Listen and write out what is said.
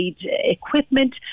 equipment